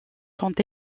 sont